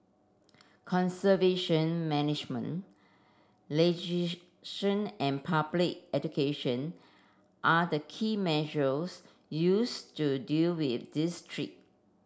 conservation management and public education are the key measures used to deal with this threat